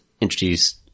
introduce